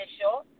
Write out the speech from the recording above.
show